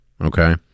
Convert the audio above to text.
okay